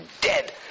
dead